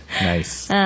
Nice